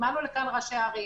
הזמנו ראשי ערים